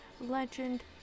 legend